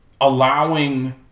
allowing